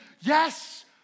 Yes